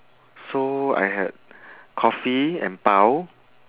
so I had coffee and bao